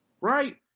right